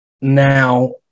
now